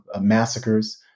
massacres